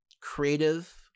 creative